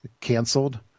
canceled